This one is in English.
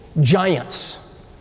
giants